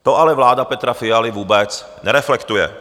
To ale vláda Petra Fialy vůbec nereflektuje.